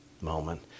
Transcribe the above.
moment